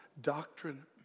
Doctrine